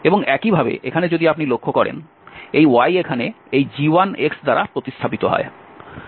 এবং একইভাবে এখানে যদি আপনি লক্ষ্য করেন এই y এখানে এই g1দ্বারা প্রতিস্থাপিত হয়